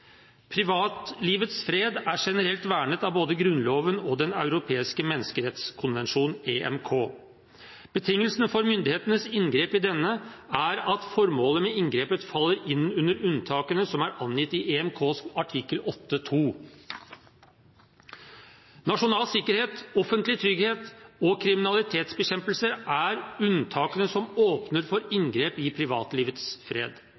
Privatlivets fred er generelt vernet av både Grunnloven og Den europeiske menneskerettighetskonvensjon, EMK. Betingelsene for myndighetenes inngrep i denne er at formålet med inngrepet faller inn under unntakene som er angitt i EMKs artikkel 8.2. Nasjonal sikkerhet, offentlig trygghet og kriminalitetsbekjempelse er unntakene som åpner for inngrep i privatlivets fred.